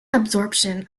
absorption